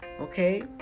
Okay